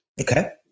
Okay